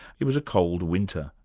it was a cold winter,